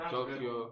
Tokyo